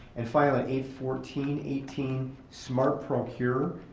and finally, eight fourteen eighteen, smart procure.